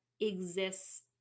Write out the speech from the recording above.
exists